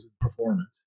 performance